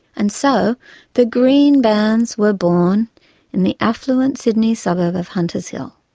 and so the green bans were born in the affluent sydney suburb of hunters hill,